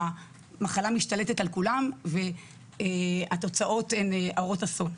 המחלה משתלטת על כולם והתוצאות הן הרות אסון,